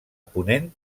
ponent